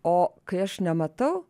o kai aš nematau